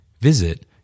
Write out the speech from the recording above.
Visit